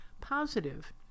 positive